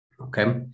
okay